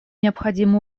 необходимо